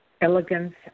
elegance